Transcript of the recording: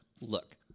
look